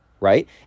Right